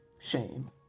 shame